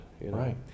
right